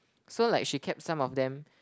so like she kept some of them